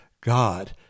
God